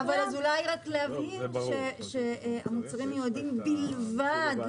אולי רק להבהיר שהמוצרים מיועדים בלבד,